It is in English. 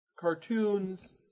cartoons